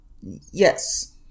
Yes